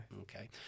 Okay